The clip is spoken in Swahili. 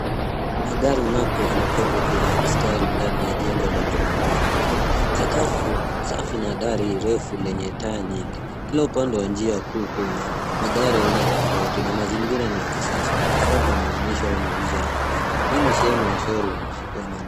Magari mapya yamepangwa kwenye mstari ndani ya jengo lenye mwangaza mkali. Sakafu safi na dari refu lenye taa nyingi. Kila pande ya njia kuu kuna magari aina tofauti na mazingira ni ya kisasa yakifaa kwa maonyesho au mauzo ya magari. Hii ni sehemu ya showroom ya magari.